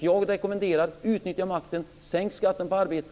Jag rekommenderar: Utnyttja makten, sänk skatten på arbete.